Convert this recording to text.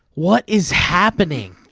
what is happening?